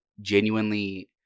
genuinely